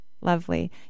Lovely